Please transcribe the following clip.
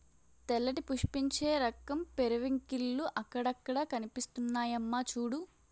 తెల్లటి పుష్పించే రకం పెరివింకిల్లు అక్కడక్కడా కనిపిస్తున్నాయమ్మా చూడూ